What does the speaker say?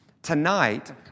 Tonight